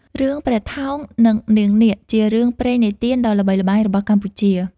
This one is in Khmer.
រឿង ព្រះថោង និងនាងនាគ ជារឿងព្រេងនិទានដ៏ល្បីល្បាញរបស់កម្ពុជា។